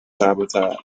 habitat